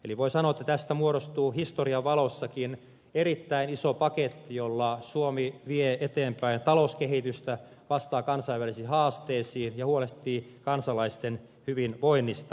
eli voi sanoa että tästä muodostuu historian valossakin erittäin iso paketti jolla suomi vie eteenpäin talouskehitystä vastaa kansainvälisiin haasteisiin ja huolehtii kansalaisten hyvinvoinnista